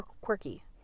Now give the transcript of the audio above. Quirky